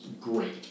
great